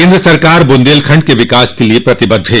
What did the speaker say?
केन्द्र सरकार बुंदेलखंड के विकास के लिये प्रतिबद्ध है